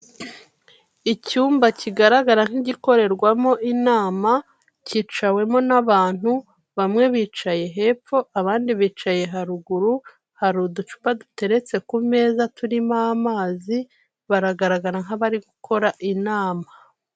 Icyumba kigaragara nk'igikorerwamo inama kicawemo n'abantu, bamwe bicaye hepfo abandi bicaye haruguru, hari uducupa duteretse ku meza turimo amazi, baragaragara nk'abari gukora inama.